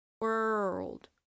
World